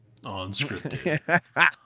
Unscripted